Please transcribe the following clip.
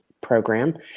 program